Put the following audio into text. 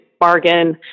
bargain